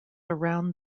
around